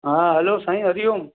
हा हलो साईं हरिओम